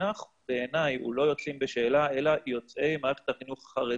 המונח בעיניי הוא לא יוצאים השאלה אלא יוצאי מערכת החינוך החרדית.